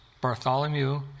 Bartholomew